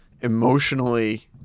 emotionally